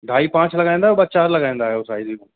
ढाई पांच लॻाईंदो आहियो ॿ चारि लॻाईंदो आहियो साइज